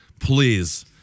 please